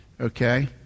Okay